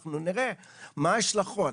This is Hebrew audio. שאנחנו נראה מה ההשלכות,